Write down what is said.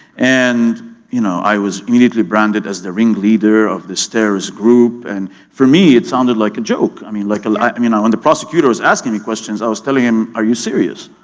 and you know i was immediately branded as the ring leader of this terrorist group, and for me it sounded like a joke. i mean like like i mean when the prosecutor was asking me questions i was telling him, are you serious?